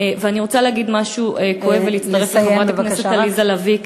ואני רוצה להגיד משהו כואב ולהצטרף לחברת הכנסת עליזה לביא,